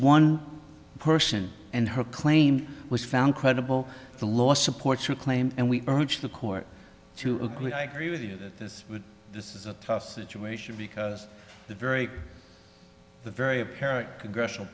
one person and her claim was found credible the law supports your claim and we urge the court to agree i agree with you that this would this is a tough situation because the very the very apparent congressional